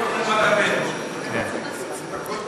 הכול פתוח.